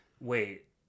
wait